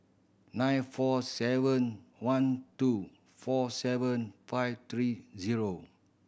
nine four seven one two four seven five three zero